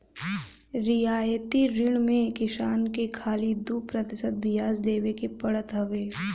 रियायती ऋण में किसान के खाली दू प्रतिशत बियाज देवे के पड़त हवे